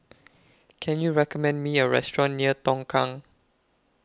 Can YOU recommend Me A Restaurant near Tongkang